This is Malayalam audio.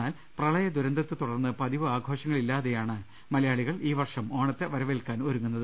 എന്നാൽ പ്രളയ ദുരന്തത്തെ തുടർന്ന് പതിവ് ആഘോഷങ്ങളില്ലാതെയാണ് മലയാളി കൾ ഈ വർഷം ഓണത്തെ വരവേൽക്കാൻ ഒരുങ്ങുന്നത്